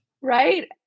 right